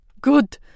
Good